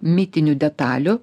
mitinių detalių